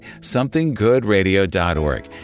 somethinggoodradio.org